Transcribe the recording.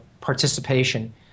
participation